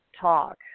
talk